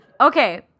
Okay